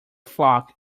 flock